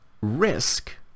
risk